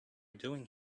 doing